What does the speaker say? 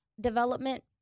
development